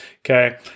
Okay